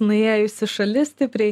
nuėjusi šalis stipriai